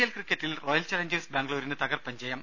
L ക്രിക്കറ്റിൽ Royal Challengers ബാംഗ്ലൂരിന് തകർപ്പൻ ജയം